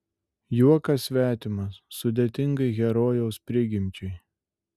juokas svetimas sudėtingai herojaus prigimčiai